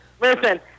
Listen